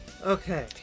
Okay